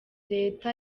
reta